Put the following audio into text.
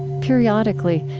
periodically,